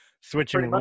switching